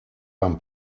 van